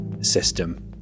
system